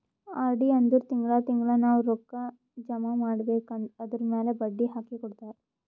RD ಅಂದುರ್ ತಿಂಗಳಾ ತಿಂಗಳಾ ನಾವ್ ರೊಕ್ಕಾ ಜಮಾ ಮಾಡ್ಬೇಕ್ ಅದುರ್ಮ್ಯಾಲ್ ಬಡ್ಡಿ ಹಾಕಿ ಕೊಡ್ತಾರ್